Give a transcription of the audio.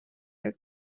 your